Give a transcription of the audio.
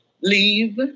leave